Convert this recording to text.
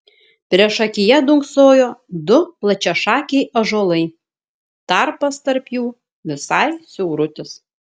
priešakyje dunksojo du plačiašakiai ąžuolai tarpas tarp jų visai siaurutis